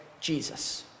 Jesus